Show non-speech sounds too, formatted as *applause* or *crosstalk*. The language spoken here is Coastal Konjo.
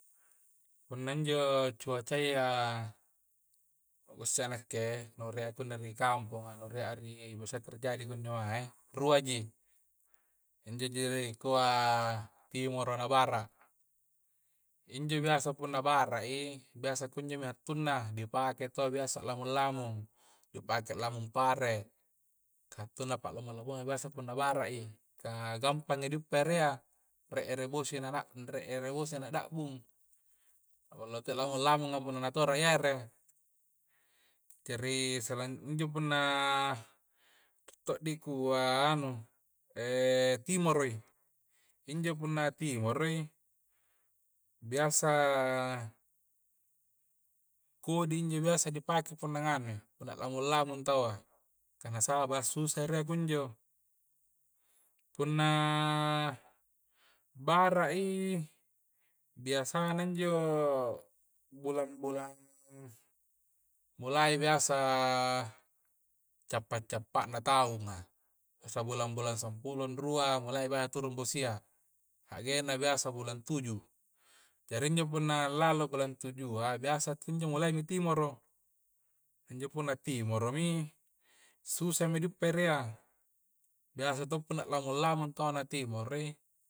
Punna injo cuacayya' nu kissei' nakke' nu rie' akunni ri kamponga' nu rie' ri biasa terjadi kunjo mae', rua'ji injo ji ri kua' timoro' na bara', injo biasa punna bara'i biasa kunjo atunna' ni dipakai to biasa lamung-lamung di pakai lamung pare' ka hatunna' pa' lomo-lomo'a biasa punna bara' i, kah gampangi di uppa ere'a re' ere bosi' na rang' re' ere bosi' na da'bung, ballo' todo'i lamung-lamunga' punna natoro'i ere' jari' selain injo punna to'di kua' anu *hesitation* timoro'i. injo punna timoro'i biasa, kodi' injo biasa di pakai punna nganui' punna lamung'-lamung tawwa, kah nasaba' assusa' ere'a kunjo punna bara'i biasa injo bulang-bulang, mulai biasa cappa'-cappa' na tahunga', biasa bulang-bulang sampulo rua' mulai biasa turung bosi'a hagenna biasa bulang tuju', jari injo punna lalloi bulang tuju'a, biasa kunjo mulaimi timoro' injo punna timoro' mi susah mi di uppa' ere'a, biasa to' punna lamung-lamung tawwa na ri timoro'i.